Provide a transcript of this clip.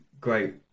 great